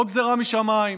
לא גזרה משמיים.